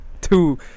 two –